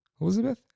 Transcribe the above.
Elizabeth